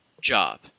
job